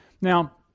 Now